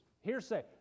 hearsay